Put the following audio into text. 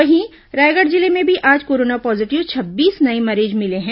वहीं रायगढ़ जिले में भी आज कोरोना पॉजीटिव छब्बीस नये मरीज मिले हैं